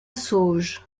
sauges